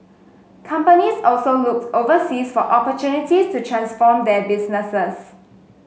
companies also looked overseas for opportunities to transform their businesses